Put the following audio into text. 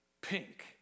pink